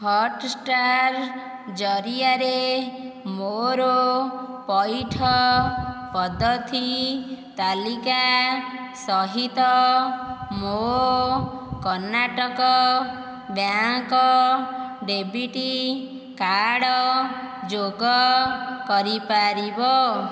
Hotstar ଜରିଆରେ ମୋର ପଇଠ ପଦ୍ଧତି ତାଲିକା ସହିତ ମୋ କର୍ଣ୍ଣାଟକ ବ୍ୟାଙ୍କ ଡେବିଟି କାର୍ଡ଼୍ ଯୋଗ କରିପାରିବ